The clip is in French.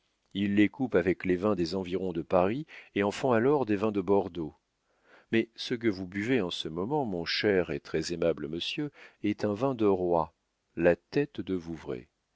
ils les coupent avec les vins des environs de paris et en font alors des vins de bordeaux mais ce que vous buvez en ce moment mon cher et très-aimable monsieur est un vin de roi la tête de vouvray